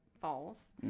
false